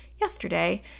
yesterday